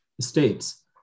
states